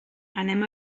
anem